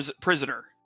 prisoner